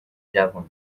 جوونی